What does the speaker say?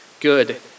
good